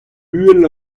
uhel